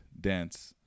dance